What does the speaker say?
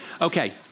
okay